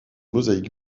mosaïques